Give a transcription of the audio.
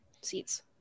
seats